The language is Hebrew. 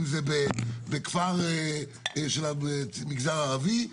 אם זה בכפר של המגזר הערבי,